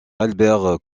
albert